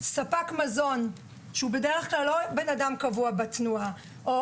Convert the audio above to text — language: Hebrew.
ספק מזון שהוא בדרך כלל לא אדם קבוע בתנועה או